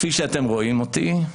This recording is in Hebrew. כפי שאתם רואים אותי,